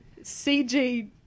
CG